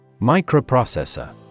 Microprocessor